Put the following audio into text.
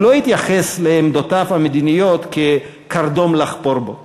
הוא לא התייחס לעמדותיו המדיניות כקרדום לחפור בו.